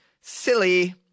Silly